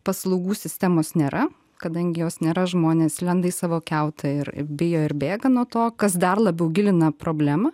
paslaugų sistemos nėra kadangi jos nėra žmonės lenda į savo kiautą ir bijo ir bėga nuo to kas dar labiau gilina problemą